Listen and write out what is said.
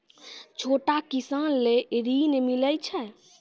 छोटा किसान लेल ॠन मिलय छै?